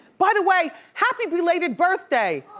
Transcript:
by the way, happy belated birthday!